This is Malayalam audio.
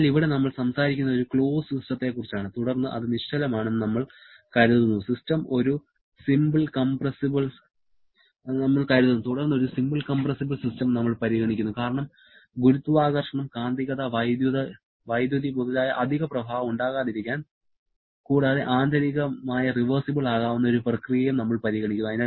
അതിനാൽ ഇവിടെ നമ്മൾ സംസാരിക്കുന്നത് ഒരു ക്ലോസ്ഡ് സിസ്റ്റത്തെക്കുറിച്ചാണ് തുടർന്ന് അത് നിശ്ചലമാണെന്ന് നമ്മൾ കരുതുന്നു തുടർന്ന് ഒരു സിമ്പിൾ കംപ്രസിബിൾ സിസ്റ്റം നമ്മൾ പരിഗണിക്കുന്നു കാരണം ഗുരുത്വാകർഷണം കാന്തികത വൈദ്യുതി മുതലായ അധിക പ്രഭാവം ഉണ്ടാകാതിരിക്കാൻ കൂടാതെ ആന്തരികമായി റിവേഴ്സിബിൾ ആകാവുന്ന ഒരു പ്രക്രിയയും നമ്മൾ പരിഗണിക്കുന്നു